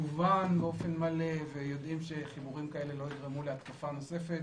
הובן באופן מלא ויודעים שחיבורים כאלה לא יגרמו להתקפה נוספת